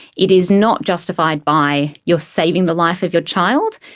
it is not justified by you're saving the life of your child,